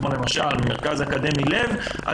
כמו למשל במרכז האקדמי לב,